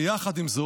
ועם זאת,